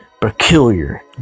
Peculiar